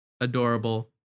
adorable